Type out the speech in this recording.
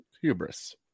Hubris